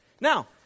Now